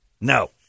No